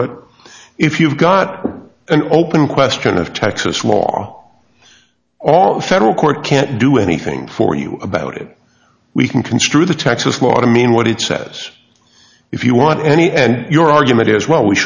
but if you've got an open question of texas law all the federal court can't do anything for you about it we can construe the texas law to mean what it says if you want any and your argument is w